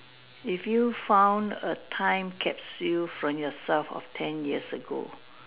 if you found a time capsule from yourself of ten years ago